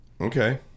Okay